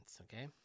okay